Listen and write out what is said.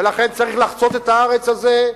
ולכן צריך לחצות את הארץ הזאת,